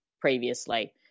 previously